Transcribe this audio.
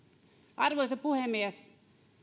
arvoisa puhemies